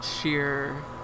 sheer